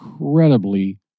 incredibly